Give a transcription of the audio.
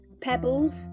pebbles